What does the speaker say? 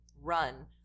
Run